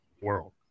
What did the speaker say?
world